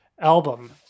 album